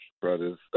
brothers